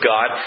God